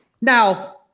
Now